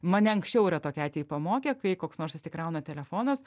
mane anksčiau yra tokie atvejai pamokę kai koks nors išsikrauna telefonas